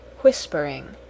whispering